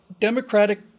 democratic